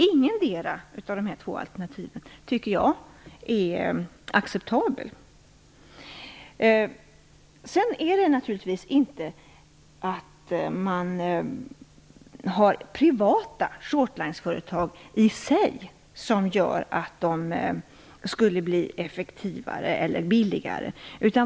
Jag tycker inte att något av dessa alternativ är acceptabelt. Det är inte det att man har privata shortlinesföretag i sig som gör att de blir effektivare eller billigare.